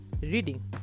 reading